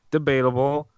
Debatable